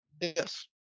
Yes